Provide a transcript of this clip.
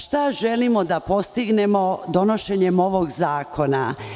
Šta želimo da postignemo donošenjem ovog zakona?